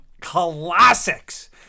classics